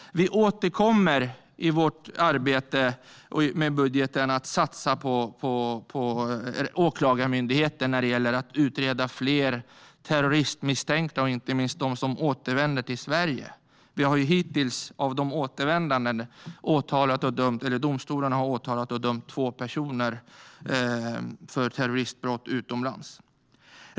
Vi återkommer i vår budget och satsar på Åklagarmyndigheten för att den ska utreda fler terroristmisstänkta, inte minst de som återvänder till Sverige. Av de återvändande har domstolarna hittills åtalat och dömt två personer för terroristbrott utomlands. Fru talman!